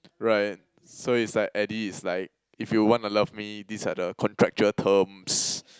right so is like Eddie is like if you wanna love me these are the contractual terms